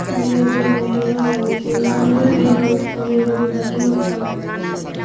बुलै छै तऽ ओ डरो लागै छै मयूर भी बहुत फैलै छै तऽ देखैमे अच्छा लागै छै